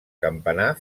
campanar